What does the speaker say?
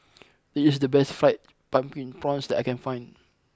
this is the best Fried Pumpkin Prawns that I can find